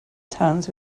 towns